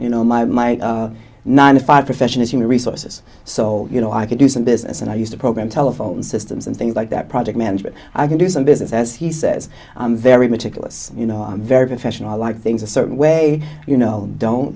you know my my nine to five profession is human resources so you know i could do some business and i used a program telephone systems and things like that project manager i can do some business as he says very meticulous you know very professional like things a certain way you know don't